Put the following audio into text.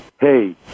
hey